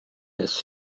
has